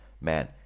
man